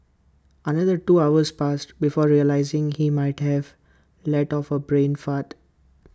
another two hours passed before realising he might have let off A brain fart